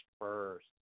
first